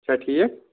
چھا ٹھیٖک